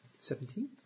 seventeen